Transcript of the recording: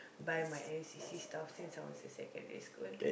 buy my N_C_C stuff since I was in secondary school